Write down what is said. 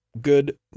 Good